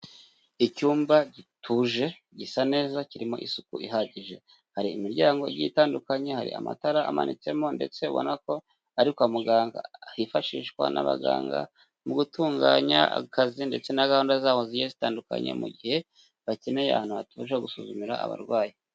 Icyumba gituje gisa neza kirimo isuku ihagije, hari imiryango igiye itandukanye, hari amatara amanitsemo, ndetse ubona ko ari kwa muganga, hifashishwa n'abaganga, mu gutunganya akazi ndetse na gahunda zabo zigiye zitandukanye, mu gihe bakeneye ahantu hatubuje ho gusuzumira abarwayi.